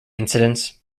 incidents